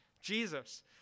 Jesus